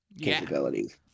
capabilities